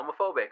homophobic